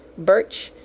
birch,